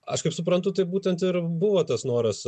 aš kaip suprantu tai būtent ir buvo tas noras